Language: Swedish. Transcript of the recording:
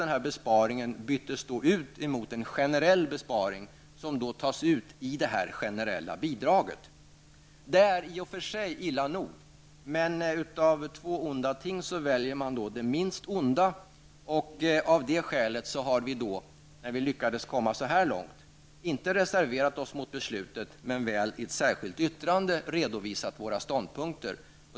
Denna besparing byttes då ut mot en generell besparing som tas från det generella bidraget. Det är i och för sig illa nog. Men av två onda ting väljer man det minst onda. Av detta skäl har vi nu när vi lyckats komma så här långt inte reserverat oss mot beslutet men väl avgivit ett särskilt yttrande där vi redovisat våra ståndpunkter.